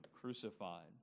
crucified